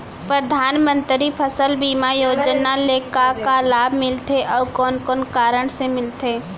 परधानमंतरी फसल बीमा योजना ले का का लाभ मिलथे अऊ कोन कोन कारण से मिलथे?